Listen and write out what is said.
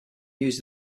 used